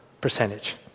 percentage